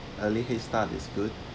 early head start is good